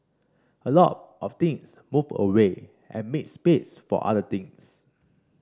a lot of things move away and make space for other things